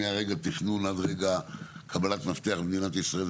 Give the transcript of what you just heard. מרגע התכנון עד רגע קבלת מפתח במדינת ישראל,